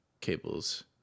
cables